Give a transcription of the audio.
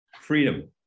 freedom